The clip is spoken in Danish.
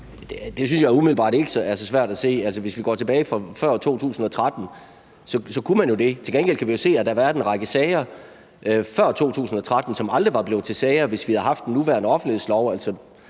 Det synes jeg umiddelbart ikke er så svært at se for sig. Altså, hvis vi går tilbage til før 2013, kunne man jo det. Til gengæld kan vi jo se, at der har været en række sager før 2013, som aldrig var blevet til sager, hvis vi havde haft den nuværende offentlighedslov.